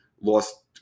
Lost